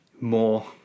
more